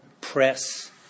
press